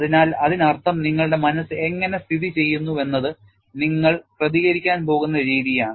അതിനാൽ അതിനർത്ഥം നിങ്ങളുടെ മനസ്സ് എങ്ങനെ സ്ഥിതിചെയ്യുന്നുവെന്നത് നിങ്ങൾ പ്രതികരിക്കാൻ പോകുന്ന രീതിയാണ്